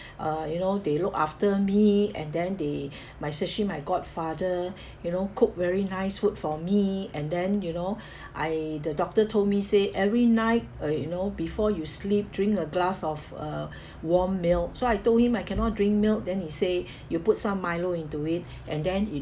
uh you know they look after me and then they my especially my godfather you know cook very nice food for me and then you know I the doctor told me say every night uh you know before you sleep drink a glass of uh warm milk so I told him I cannot drink milk then he say you put some milo into it and then it